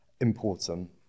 important